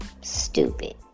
Stupid